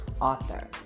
author